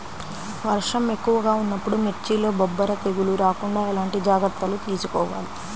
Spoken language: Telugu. వర్షం ఎక్కువగా ఉన్నప్పుడు మిర్చిలో బొబ్బర తెగులు రాకుండా ఎలాంటి జాగ్రత్తలు తీసుకోవాలి?